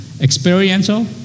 experiential